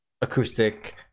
acoustic